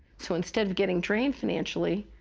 so instead of getting drained financially,